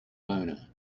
boner